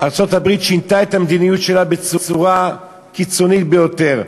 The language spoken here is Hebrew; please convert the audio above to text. ארצות-הברית שינתה את המדיניות שלה בצורה קיצונית ביותר.